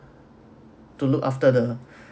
to look after the